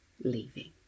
leaving